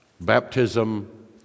baptism